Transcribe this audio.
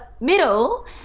Middle